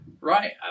right